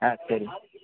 ஆ சரி